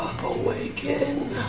Awaken